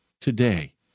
today